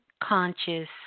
Conscious